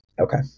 Okay